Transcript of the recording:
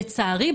לצערי,